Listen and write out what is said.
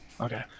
Okay